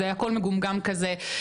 הכל מגומגם כזה.